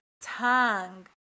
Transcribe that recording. tongue